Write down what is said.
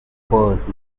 cause